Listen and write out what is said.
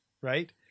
right